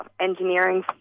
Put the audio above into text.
engineering